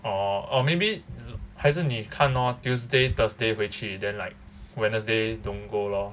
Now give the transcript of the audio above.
orh or maybe has 还是你看 lor tuesday thursday 回去 then like wednesday don't go lor